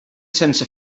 sense